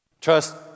Trust